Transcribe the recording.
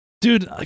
Dude